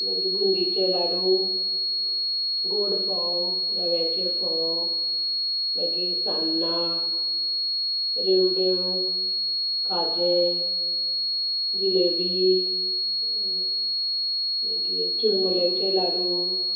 मागीर बुंदीचे लाडू गोड फोव रव्याचे फोव मागी सान्नां रेवड्यो काजें जिलेबी मागीर चिरमुल्यांचे लाडू